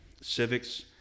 civics